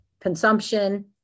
consumption